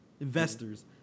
investors